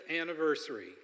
anniversary